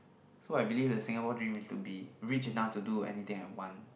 so I believe the Singapore dream to be rich enough to do anything I want